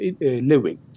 living